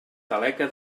taleca